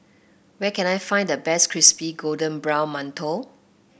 where can I find the best Crispy Golden Brown Mantou